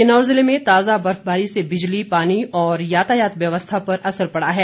किन्नौर ज़िले में ताज़ा बर्फबारी से बिजली पानी और यातायात व्यवस्था पर असर पड़ा है